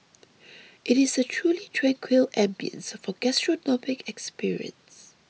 it is a truly tranquil ambience for gastronomic experience